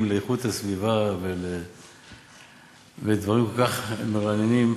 לאיכות הסביבה ולדברים כל כך מרעננים.